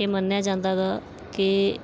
ਇਹ ਮੰਨਿਆ ਜਾਂਦਾ ਗਾ ਕਿ